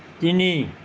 তিনি